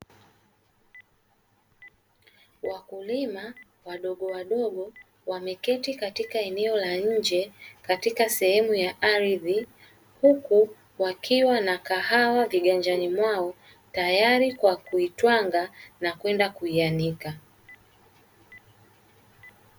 Wakulima wadogowadogo wameketi katika eneo la nje katika sehemu ya ardhi, huku wakiwa na kahawa viganjani mwao, tayari kwa kuitwanga na kwenda kuianika.